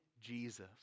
Jesus